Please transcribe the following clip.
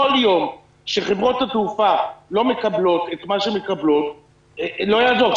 כל יום שחברות התעופה לא מקבלות את מה שהן צריכות לא יעזור.